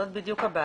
זו בדיוק הבעיה.